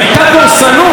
הייתה דורסנות.